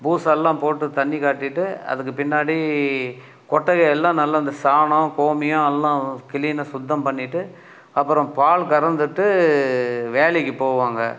பூசெல்லாம் போட்டு தண்ணி காட்டிட்டு அதுக்கு பின்னாடி கொட்டகையெல்லாம் நல்லா இந்த சாணம் கோமியம் எல்லாம் க்ளீனாக சுத்தம் பண்ணிட்டு அப்புறம் பால் கறந்துவிட்டு வேலைக்கு போவாங்க